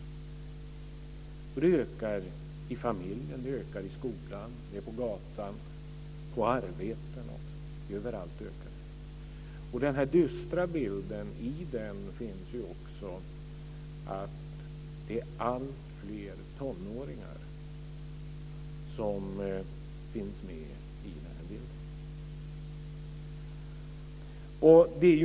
Våldet ökar i familjen, i skolan, på gatan och på arbetsplatser - ja, överallt. I denna dystra bild ligger också att alltfler tonåringar finns med.